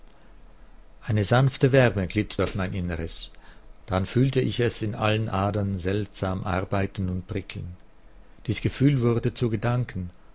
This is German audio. eine sanfte wärme glitt durch mein inneres dann fühlte ich es in allen adern seltsam arbeiten und prickeln dies gefühl wurde zu gedanken